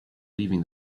leaving